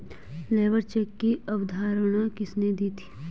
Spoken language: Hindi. लेबर चेक की अवधारणा किसने दी थी?